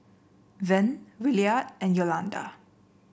Vern Williard and Yolanda